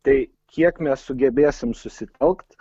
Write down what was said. tai kiek mes sugebėsim susitelkt